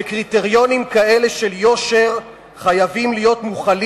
שקריטריונים כאלה של יושר חייבים להיות מוחלים